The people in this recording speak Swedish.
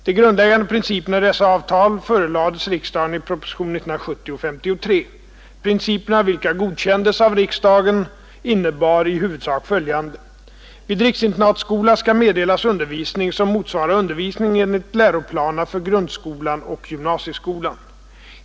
De grundläggande principerna i dessa avtal förelades riksdagen i propositionen 53 år 1970. Principerna, vilka godkändes av riksdagen, innebar i huvudsak följande. Vid riksinternatskola skall meddelas undervisning som motsvarar undervisning enligt läroplanerna för grundskolan och gymnasieskolan.